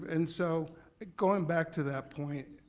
and so going back to that point,